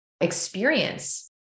experience